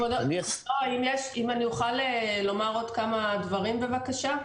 אם אני אוכל לומר עוד כמה דברים בבקשה.